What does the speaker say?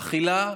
אכילה,